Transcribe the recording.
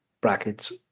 brackets